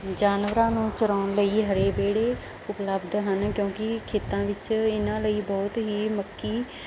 ਜਾਨਵਰਾਂ ਨੂੰ ਚਰਾਉਣ ਲਈ ਹਰੇ ਵਿਹੜੇ ਉਪਲਬਧ ਹਨ ਕਿਉਂਕਿ ਖੇਤਾਂ ਵਿੱਚ ਇਹਨਾਂ ਲਈ ਬਹੁਤ ਹੀ ਮੱਕੀ